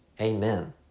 amen